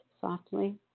softly